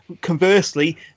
conversely